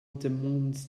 demandent